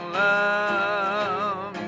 love